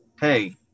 hey